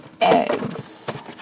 eggs